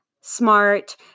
smart